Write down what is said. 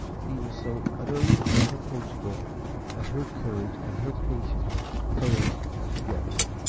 he was so utterly unapproachable that her courage and her patience failed together,